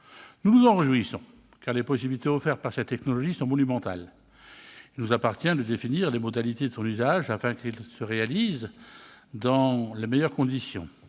Nous nous en réjouissons, car les possibilités offertes par cette technologie sont monumentales. Il nous appartient de définir les modalités de son usage, afin qu'il se réalise dans les meilleures conditions.